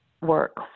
work